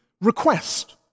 request